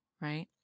right